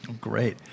Great